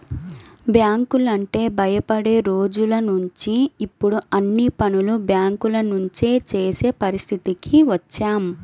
బ్యాంకులంటే భయపడే రోజులనుంచి ఇప్పుడు అన్ని పనులు బ్యేంకుల నుంచే చేసే పరిస్థితికి వచ్చాం